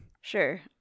Sure